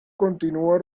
continua